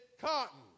Cotton